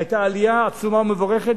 היתה עלייה עצומה ומבורכת,